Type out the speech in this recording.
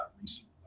recently